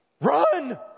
run